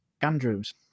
Andrews